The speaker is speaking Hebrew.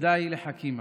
ודי לחכימא.